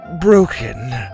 broken